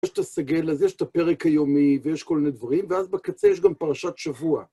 יש את הסגל, אז יש את הפרק היומי, ויש כל מיני דברים, ואז בקצה יש גם פרשת שבוע.